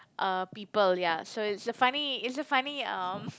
uh people ya so it's a funny it's a funny um